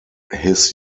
his